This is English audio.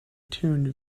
tuned